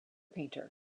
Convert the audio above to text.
painter